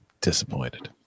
Disappointed